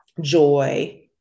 joy